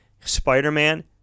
Spider-Man